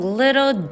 little